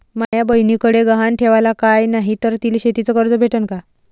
माया बयनीकडे गहान ठेवाला काय नाही तर तिले शेतीच कर्ज भेटन का?